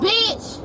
Bitch